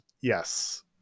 Yes